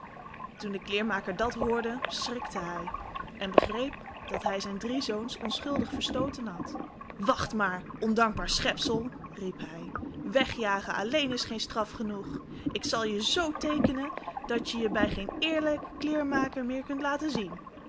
toen de kleermaker dat hoorde schrikte hij en begreep dat hij zijn drie zoons onschuldig verstooten had wacht maar ondankbaar schepsel riep hij wegjagen alléén is geen straf genoeg ik zal je z teekenen dat je je bij geen eerlijken kleermaker meer kunt laten zien